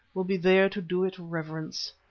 will be there to do it reverence.